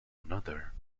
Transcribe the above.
another